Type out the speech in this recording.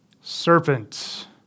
serpent